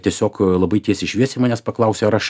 tiesiog labai tiesiai šviesiai manęs paklausė ar aš